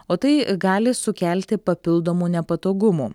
o tai gali sukelti papildomų nepatogumų